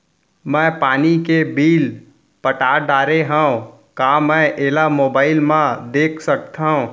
मैं पानी के बिल पटा डारे हव का मैं एला मोबाइल म देख सकथव?